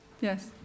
Yes